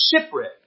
shipwreck